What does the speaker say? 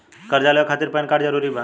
कर्जा लेवे खातिर पैन कार्ड जरूरी बा?